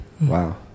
Wow